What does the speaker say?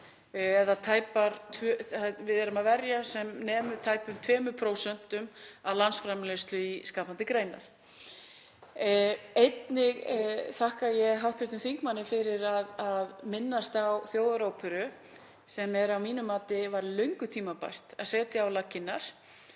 Við verjum sem nemur tæpum 2% af landsframleiðslu í skapandi greinar. Einnig þakka ég hv. þingmanni fyrir að minnast á þjóðaróperu sem er að mínu mati löngu tímabært að setja á laggirnar.